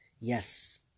Yes